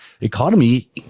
economy